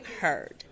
heard